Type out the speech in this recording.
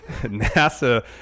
NASA